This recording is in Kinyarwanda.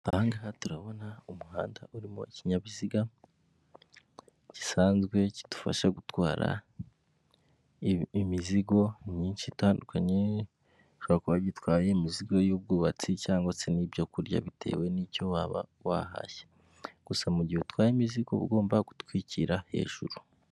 Aha ngaha turabona umuhanda urimo ikinyabiziga gisanzwe kidufasha gutwara imizigo myinshi itandukanye, gishobora kuba gitwaye imizigo y'ubwubatsi cyangwag se n'ibyo kurya bitewe n'icyo waba wahashye, gusa mu gihe utwaye imizigo ugomba gutwikira hejuru.